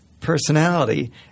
personality